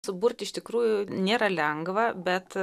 suburt iš tikrųjų nėra lengva bet